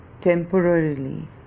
temporarily